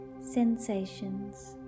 sensations